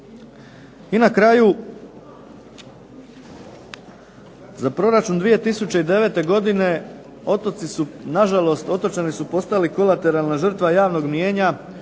I na kraju, za proračun 2009. godine otoci su nažalost, otočani su postali kolateralna žrtva javnog mnijenja